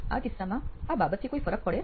આ કિસ્સામાં આ બાબતથી કોઈ ફરક પડે